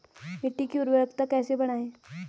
मिट्टी की उर्वरकता कैसे बढ़ायें?